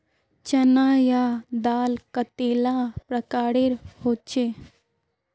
चना या दाल कतेला प्रकारेर होचे?